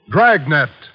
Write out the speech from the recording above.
Dragnet